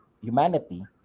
humanity